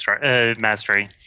Mastery